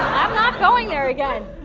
i'm not going there again.